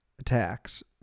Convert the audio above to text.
attacks